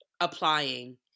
applying